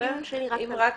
אם יורשה לי, רק להבהרה.